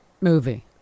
movie